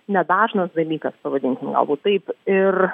nedažnas dalykas pavadinkim galbūt taip ir